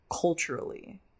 culturally